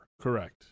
Correct